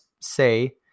say